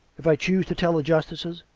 if i choose to tell the justices,